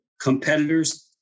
competitors